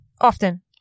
Often